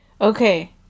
okay